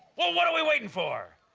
well what're we waiting for?